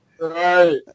Right